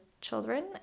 children